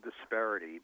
disparity